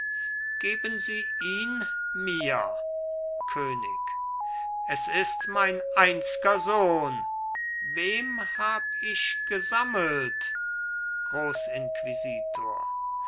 geben sie ihn mir könig es ist mein einzger sohn wem hab ich gesammelt grossinquisitor